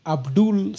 Abdul